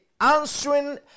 answering